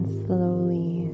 slowly